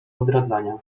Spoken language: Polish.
odradzania